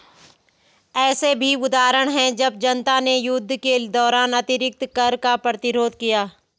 ऐसे भी उदाहरण हैं जब जनता ने युद्ध के दौरान अतिरिक्त कर का प्रतिरोध किया